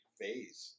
phase